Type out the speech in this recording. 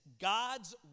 God's